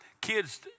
kids